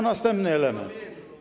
Następny element.